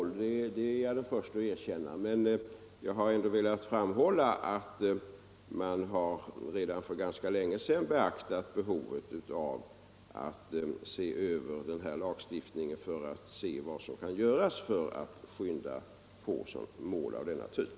Att det förekommit dröjsmål är jag den förste att erkänna, men jag har ändå velat framhålla att man redan för ganska länge sedan har beaktat behovet av att se över lagstiftningen för att undersöka vad som kan göras för att påskynda mål av denna typ.